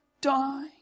die